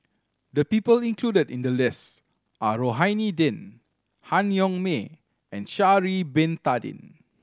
the people included in the list are Rohani Din Han Yong May and Sha'ari Bin Tadin